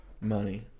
money